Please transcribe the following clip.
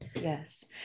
Yes